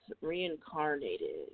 reincarnated